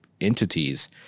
entities